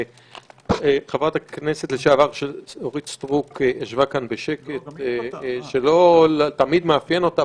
וחברת הכנסת לשעבר אורית סטרוק ישבה כאן בשקט שלא תמיד מאפיין אותה.